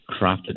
crafted